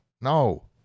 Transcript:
No